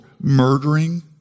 murdering